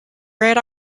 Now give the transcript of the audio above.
red